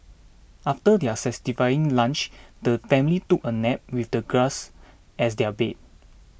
after their satisfying lunch the family took a nap with the grass as their bed